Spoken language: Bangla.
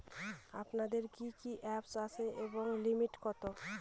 আপনাদের কি কি অ্যাপ আছে এবং লিমিট কত?